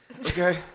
Okay